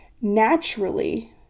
naturally